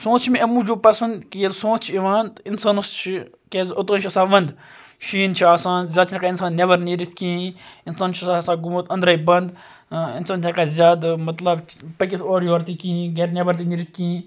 سونت چھُ مےٚ امہِ موٗجُب پَسَنٛد کہِ ییٚلہِ سونت چھُ یِوان اِنسانَس چھ کیازِ اوٚتانۍ چھُ آسان وَندٕ شیٖن چھ آسان زیادٕ چھنہٕ ہیٚکان انسان نیٚبر نیٖرِتھ کِہیٖنۍ اِنسان چھُ آسان گوٚمُت أندرٕے بَنٛد اِنسان چھُنہٕ ہیٚکان زیادٕ مَطلَب پٔکِتھ اورٕ یورٕ تہِ کِہیٖنۍ گَرِ نیٚبر تہِ نیٖرِتھ کِہیٖنۍ